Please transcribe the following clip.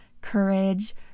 courage